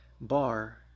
bar